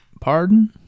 Pardon